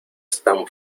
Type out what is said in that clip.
están